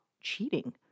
cheating